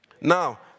Now